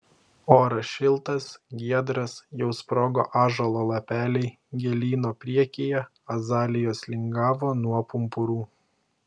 oras šiltas giedras jau sprogo ąžuolo lapeliai gėlyno priekyje azalijos lingavo nuo pumpurų